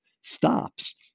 stops